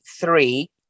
three